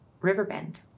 Riverbend